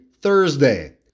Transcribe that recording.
Thursday